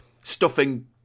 Stuffing